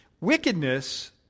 Wickedness